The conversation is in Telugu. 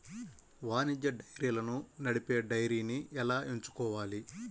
వాణిజ్య డైరీలను నడిపే డైరీని ఎలా ఎంచుకోవాలి?